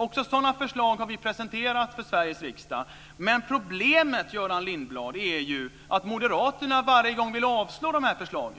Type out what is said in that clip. Också sådana förslag har vi presenterat för Sveriges riksdag. Men problemet, Göran Lindblad, är ju att moderaterna bara vill avslå dessa förslag.